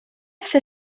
все